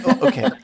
Okay